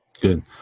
Good